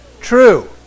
true